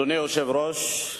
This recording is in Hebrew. אדוני היושב-ראש,